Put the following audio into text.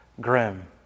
grim